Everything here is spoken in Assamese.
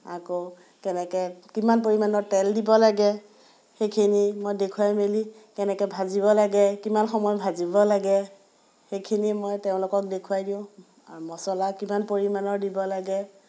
আকৌ কেনেকৈ কিমান পৰিমাণৰ তেল দিব লাগে সেইখিনি মই দেখুৱাই মেলি কেনেকৈ ভাজিব লাগে কিমান সময় ভাজিব লাগে সেইখিনি মই তেওঁলোকক দেখুৱাই দিওঁ আৰু মছলা কিমান পৰিমাণৰ দিব লাগে